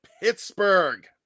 Pittsburgh